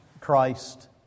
Christ